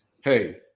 hey